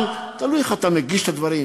אבל תלוי איך אתה מגיש את הדברים,